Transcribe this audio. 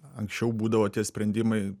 anksčiau būdavo tie sprendimai